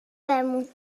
بمون